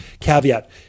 caveat